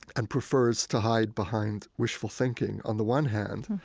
and prefers to hide behind wishful thinking, on the one hand,